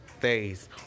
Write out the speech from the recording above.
days